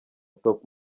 top